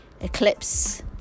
eclipse